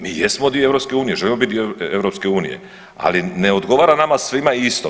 Mi jesmo dio EU, želimo biti dio EU ali ne odgovara nama svima isto.